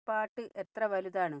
ഈ പാട്ട് എത്ര വലുതാണ്